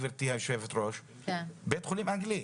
גברתי יושבת הראש: בית החולים האנגלי.